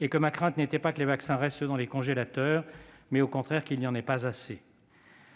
et que ma crainte n'était pas que les vaccins restent dans les congélateurs, mais, au contraire, qu'il n'y en ait pas assez.